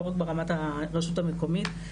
לא רק ברמת הרשות המקומית.